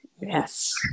Yes